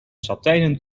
satijnen